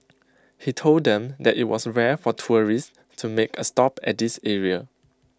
he told them that IT was rare for tourists to make A stop at this area